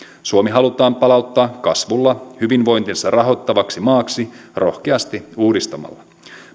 suomi halutaan palauttaa kasvulla hyvinvointinsa rahoittavaksi maaksi rohkeasti uudistamalla